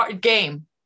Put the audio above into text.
game